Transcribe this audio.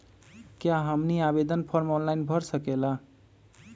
क्या हमनी आवेदन फॉर्म ऑनलाइन भर सकेला?